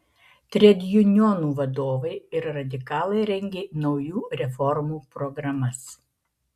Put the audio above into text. tredjunionų vadovai ir radikalai rengė naujų reformų programas